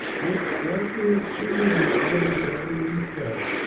which, as we have seen in the account of the amiens show,